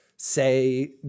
say